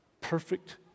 perfect